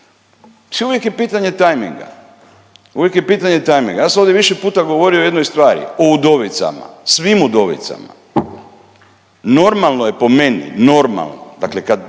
uvijek je pitanje timeinga, uvijek je pitanje timeinga. Ja sam ovdje više puta govorio o jednoj stvari, o udovicama, svim udovicama. Normalno je po meni, normalno